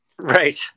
Right